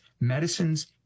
medicines